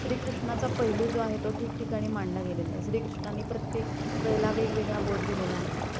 श्रीकृष्णाचा पैलू जो आहे तो ठिकठिकाणी मांडला गेलेला आहे श्रीकृष्णाांनी प्रत्येक वेळेला वेगवेगळा बोध दिलेला आहे